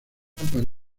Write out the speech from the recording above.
para